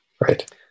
Right